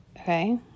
Okay